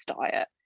diet